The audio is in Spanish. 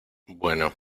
bueno